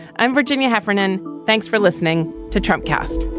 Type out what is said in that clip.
i'm virginia heffernan. thanks for listening to trump cast